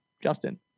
Justin